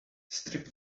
strip